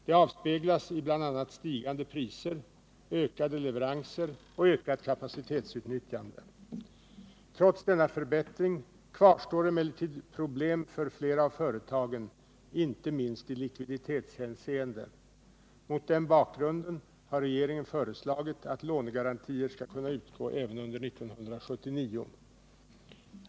Detta avspeglas i bl.a. stigande priser, ökade leveranser och ökat kapacitetsutnyttjande. Trots denna förbättring kvarstår emellertid problem för flera av företagen, inte minst i likviditetshänseende. Mot denna bakgrund har regeringen föreslagit att lånegarantier skall kunna utgå även under år 1979.